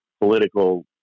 political